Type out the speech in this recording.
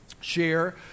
share